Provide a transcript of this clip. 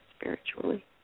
spiritually